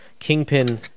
kingpin